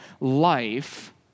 life